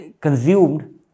consumed